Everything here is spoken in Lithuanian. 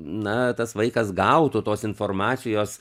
na tas vaikas gautų tos informacijos